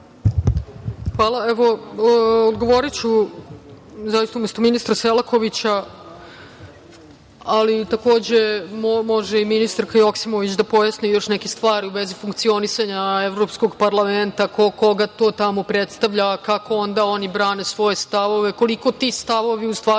Hvala. Odgovoriću umesto ministra Selakovića, ali takođe može i ministarka Joksimović da pojasni još neke stvari u vezi funkcionisanja Evropskog parlamenta, ko koga to tamo predstavlja, kako onda oni brane svoje stavove, koliko ti stavovi u stvari